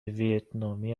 ویتنامی